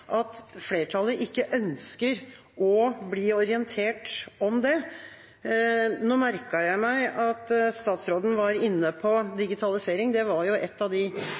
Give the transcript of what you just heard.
at flertallet ikke ønsker å bli orientert om det. Nå merket jeg meg at statsråden var inne på digitalisering – det var et av de